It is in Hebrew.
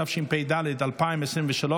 התשפ"ד 2023,